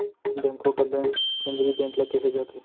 बेंको का बेंक केंद्रीय बेंक ल केहे जाथे